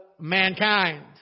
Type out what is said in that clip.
mankind